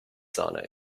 sauna